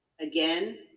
again